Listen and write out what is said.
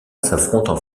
s’affrontent